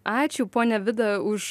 ačiū ponia vida už